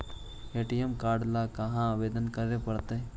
ATM card ल कहा आवेदन करे पड़तै?